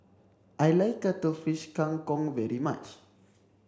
I like cuttlefish Kang Kong very much